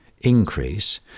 increase